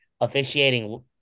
officiating